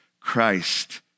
Christ